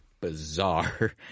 bizarre